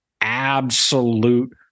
absolute